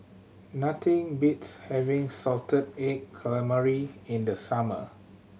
nothing beats having salted egg calamari in the summer